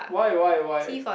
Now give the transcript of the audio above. why why why